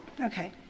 Okay